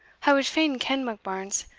i wad fain ken, monkbarns,